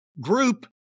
group